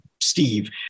Steve